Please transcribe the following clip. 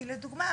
כי לדוגמה,